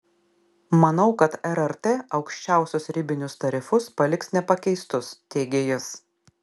manau kad rrt aukščiausius ribinius tarifus paliks nepakeistus teigia jis